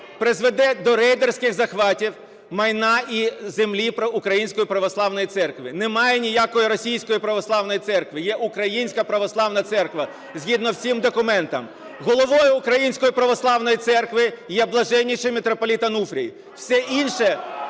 призведе до рейдерських захватів майна і землі Української Православної Церкви. Немає ніякої російської православної церкви, є Українська Православна Церква згідно всім документам. Головою Української Православної Церкви є Блаженнійший Митрополит Онуфрій.